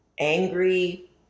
angry